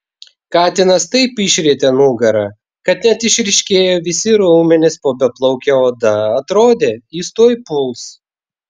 katinas taip išrietė nugarą kad net išryškėjo visi raumenys po beplauke oda atrodė jis tuoj puls